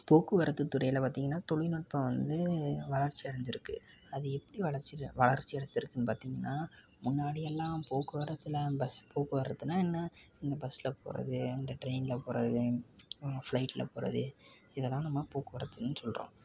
போக்குவரத்துத்துறையில் பார்த்தீங்கன்னா தொழில்நுட்பம் வந்து வளர்ச்சி அடைஞ்சிருக்கு அது எப்படி வளர்ச்சி வளர்ச்சி அடைஞ்சிருக்குன்னு பார்த்தீங்கன்னா முன்னாடியெல்லாம் போக்குவரத்தில் பஸ் போக்குவரத்துன்னால் என்ன இந்த பஸ்ஸில் போவது இந்த ட்ரெயினில் போவது ஃப்ளைட்டில் போவது இதெல்லாம் நம்ம போக்குவரத்துன்னு சொல்கிறோம்